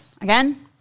again